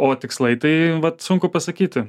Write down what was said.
o tikslai tai vat sunku pasakyti